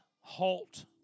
halt